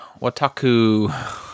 Wataku